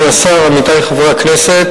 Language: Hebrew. עמיתי חברי הכנסת,